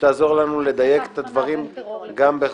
שתעזור לנו לדייק את הדברים גם בחקיקה.